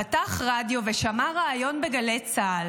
פתח רדיו ושמע ריאיון בגלי צה"ל